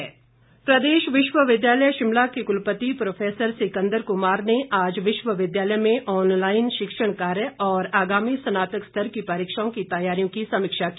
कुलपति प्रदेश विश्वविद्यालय शिमला के कुलपति प्रोफेसर सिकंदर कुमार ने आज विश्वविद्यालय में ऑनलाईन शिक्षण कार्य और आगामी स्नातक स्तर की परीक्षाओं की तैयारियों की समीक्षा की